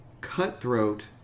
cutthroat